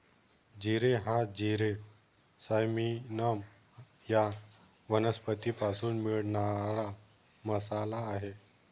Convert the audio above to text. जिरे हा जिरे सायमिनम या वनस्पतीपासून मिळणारा मसाला आहे